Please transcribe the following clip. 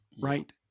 right